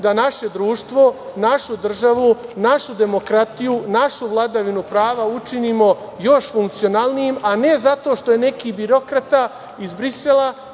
da naše društvo, našu državu, našu demokratiju, našu vladavinu prava učinimo još funkcionalnijom, a ne zato što je neki birokrata iz Brisela,